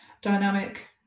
dynamic